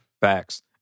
Facts